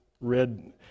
red